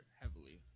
heavily